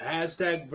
Hashtag